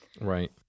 right